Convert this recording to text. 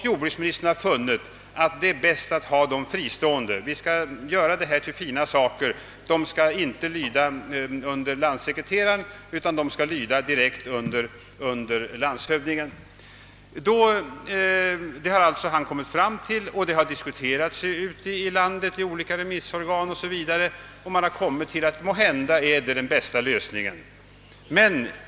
Jordbruksministern har funnit det bäst att dessa verksamheter är fristående från varandra. Naturvårdsfrågorna skall alltså lyda inte under landssekreteraren och planeringssektionen utan som en naturvårdsenhet direkt under landshövdingen. Detta beslut har diskuterats inom olika remissorgan ute i landet, och man har kommit fram till att detta måhända är den bästa lösningen.